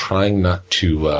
trying not to